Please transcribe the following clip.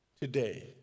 today